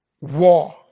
war